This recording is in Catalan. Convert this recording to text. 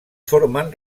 formen